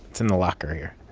it's in the locker here